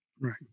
Right